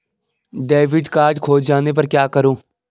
Debit card खो जाने पर क्या करूँ?